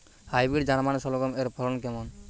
Hybrid German শালগম এর ফলন কেমন?